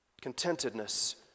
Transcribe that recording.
Contentedness